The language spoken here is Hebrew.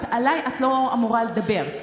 עליי את לא אמורה לדבר.